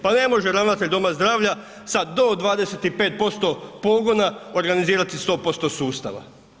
Pa ne može ravnatelj doma zdravlja sada do 25% pogona organizirati 100% sustava.